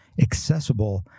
accessible